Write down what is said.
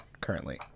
currently